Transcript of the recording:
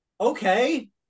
Okay